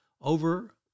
Over